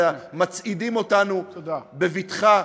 אלא מצעידים אותנו בבטחה,